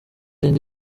indi